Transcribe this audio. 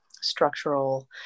structural